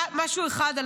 משהו אחד.